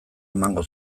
emango